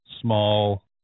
small